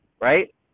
right